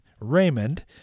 Raymond